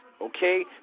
okay